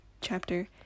chapter